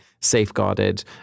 safeguarded